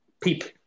people